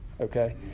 Okay